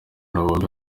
bombi